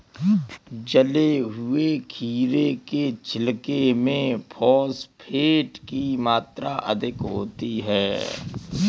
जले हुए खीरे के छिलके में फॉस्फेट की मात्रा अधिक होती है